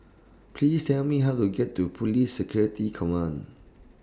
Please Tell Me How to get to Police Security Command